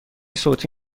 صوتی